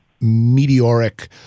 meteoric